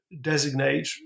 designate